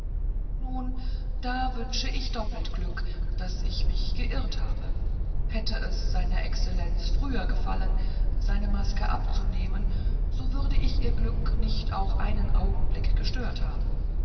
nun da wünsche ich doppelt glück daß ich mich geirrt habe hätte es sr exzellenz früher gefallen seine maske abzunehmen so würde ich ihr glück auch nicht auf einen augenblick gestört haben